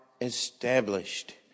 established